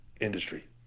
industry